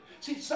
See